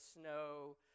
snow